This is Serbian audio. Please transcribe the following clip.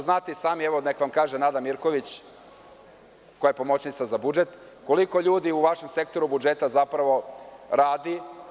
Znate i sami, evo, neka vam kaže Nada Mirković, koja je pomoćnica za budžet, koliko ljudi u vašem sektoru budžeta zapravo radi?